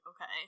okay